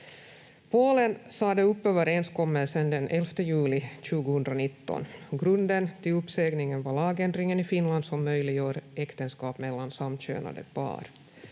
Polen sade upp överenskommelsen den 11 juli 2019. Grunden till uppsägningen var lagändringen i Finland som möjliggör äktenskap mellan samkönade par.